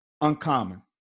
uncommon